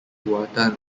buatan